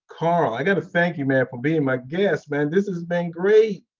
carl, i gotta thank you man, for being my guest, man. this has been great.